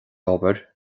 obair